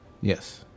Yes